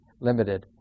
limited